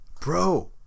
Bro